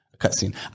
cutscene